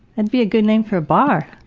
and be a good name for a bar.